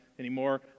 anymore